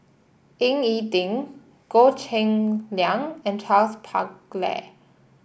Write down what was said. Ying E Ding Goh Cheng Liang and Charles Paglar